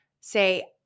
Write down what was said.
say